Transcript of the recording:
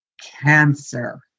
cancer